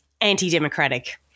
anti-democratic